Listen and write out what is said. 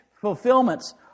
fulfillments